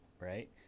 right